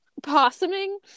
possuming